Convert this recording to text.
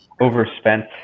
overspent